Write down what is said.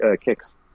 kicks